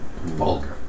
vulgar